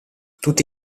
tutti